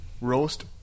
roast